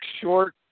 short